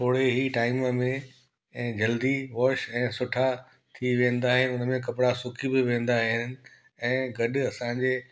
थोरी ई टाइम में ऐं जल्दी वॉश ऐं सुठा थी वेंदा आहिनि उन में कपिड़ा सुकी बि वेंदा आहिनि ऐं गॾु असांजे